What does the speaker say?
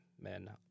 men